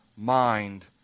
Mind